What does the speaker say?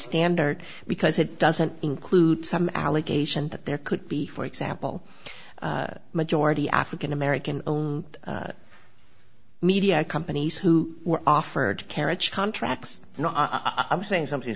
standard because it doesn't include some allegation that there could be for example a majority african american media companies who were offered carriage contracts no i'm saying something